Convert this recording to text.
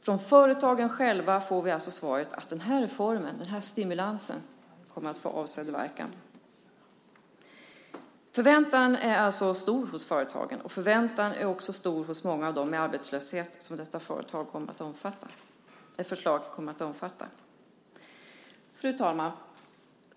Från företagen själva får vi alltså svaret att denna reform, denna stimulans, kommer att få avsedd verkan. Förväntan är alltså stor hos företagen. Förväntan är också stor hos många av dem i arbetslöshet som detta förslag kommer att omfatta. Fru talman!